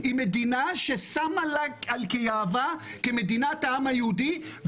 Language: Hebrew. היא מדינה ששמה על יהבה כמדינת העם היהודי.